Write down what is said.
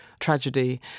tragedy